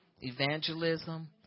evangelism